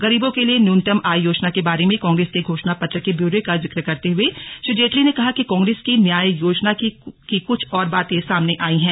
गरीबों के लिए न्यूनतम आय योजना के बारे में कांग्रेस के घोषणापत्र के ब्योरे का जिक्र करते हुए श्री जेटली ने कहा कि कांग्रेस की न्याय योजना की कुछ और बातें सामने आयी हैं